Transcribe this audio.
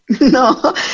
No